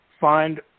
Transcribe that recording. find